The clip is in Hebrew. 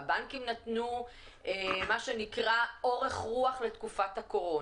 והם נתנו אורך רוח לתקופת הקורונה,